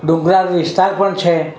ડુંગરાળ વિસ્તાર પણ છે